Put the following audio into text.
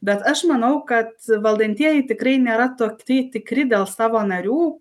bet aš manau kad valdantieji tikrai nėra tokie tikri dėl savo narių